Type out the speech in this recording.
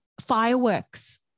fireworks